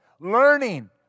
learning